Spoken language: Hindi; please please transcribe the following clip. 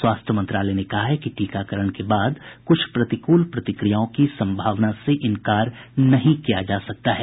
स्वास्थ्य मंत्रालय ने कहा है कि टीकाकरण के बाद कुछ प्रतिकूल प्रतिक्रियाओं की संभावना से इंकार नहीं किया जा सकता है